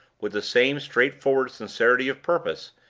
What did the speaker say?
with the same straightforward sincerity of purpose,